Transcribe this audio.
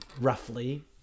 roughly